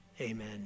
Amen